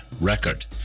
record